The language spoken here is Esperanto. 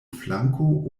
flanko